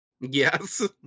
Yes